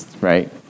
right